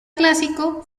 clásico